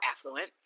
affluent